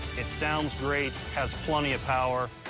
it sounds great, has plenty of power,